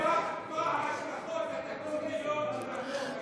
מה ההשלכות התקציביות של החוק הזה?